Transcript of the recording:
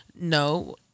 No